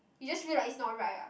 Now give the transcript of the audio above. you just feel like it's not right ah